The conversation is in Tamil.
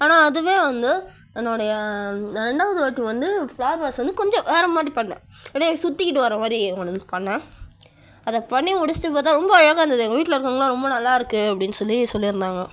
ஆனால் அதுவே வந்து என்னுடைய நான் ரெண்டாவது வாட்டி வந்து ஃப்லார் வாஸ் வந்து கொஞ்சம் வேறு மாதிரி பண்ணிணேன் அப்படே சுற்றிக்கிட்டு வர மாதிரி ஒன்று வந்து பண்ணிணேன் அதை பண்ணி முடிச்சிட்டு பார்த்தா ரொம்ப அழகாக இருந்தது எங்கள் வீட்டில் இருக்கவங்களா ரொம்ப நல்லாயிருக்கு அப்படின் சொல்லி சொல்லியிருந்தாங்க